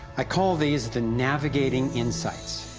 i call these the navigating insights.